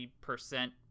percent